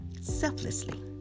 selflessly